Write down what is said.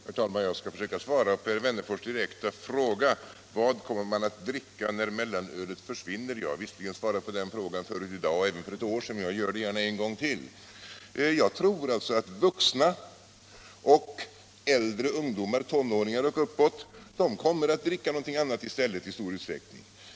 Herr talman! Jag skall försöka svara på herr Wennerfors direkta fråga: Vad kommer man att dricka när mellanölet försvinner? Visserligen har jag svarat på den frågan förut i dag och även för ett år sedan, men gör det gärna en gång till. Jag tror alltså att vuxna och äldre ungdomar — tonåringar och uppåt —- kommer att i stor utsträckning dricka någonting annat.